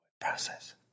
process